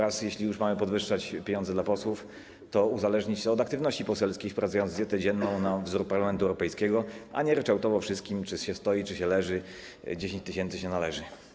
A jeśli już mamy podwyższać środki dla posłów, to trzeba uzależnić to od aktywności poselskiej, wprowadzając dietę dzienną na wzór Parlamentu Europejskiego, a nie - ryczałtowo wszystkim: czy się stoi, czy się leży, 10 tys. się należy.